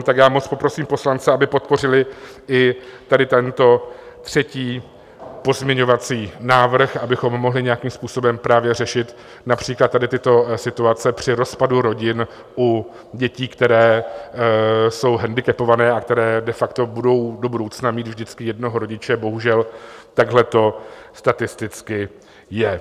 Tak já moc poprosím poslance, aby podpořili i tady tento třetí pozměňovací návrh, abychom mohli nějakým způsobem řešit například tady tyto situace při rozpadu rodin u dětí, které jsou handicapované a které de facto budou mít do budoucna vždycky jednoho rodiče, bohužel takhle to statisticky je.